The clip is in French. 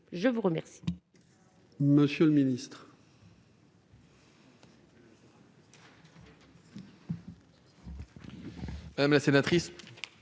à vous remercier